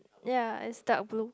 ya is dark blue